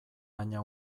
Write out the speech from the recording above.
baina